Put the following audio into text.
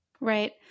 Right